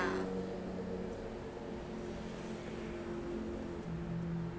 yeah